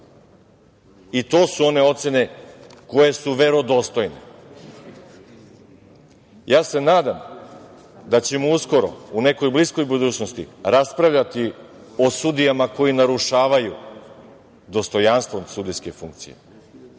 I to su one ocene koje su verodostojne. Ja se nadam da ćemo uskoro, u nekoj bliskoj budućnosti, raspravljati o sudijama koji narušavaju dostojanstvo sudijske funkcije,